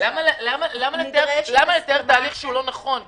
למה לתאר תהליך שהוא לא נכון מראש?